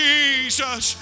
Jesus